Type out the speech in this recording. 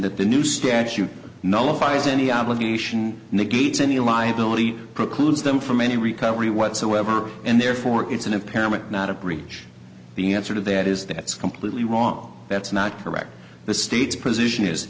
that the new statute no advise any obligation negates any liability precludes them from any recovery whatsoever and therefore it's an impairment not a breach being answer to that is that's completely wrong that's not correct the state's position is